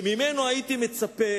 שממנו הייתי מצפה